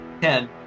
Ten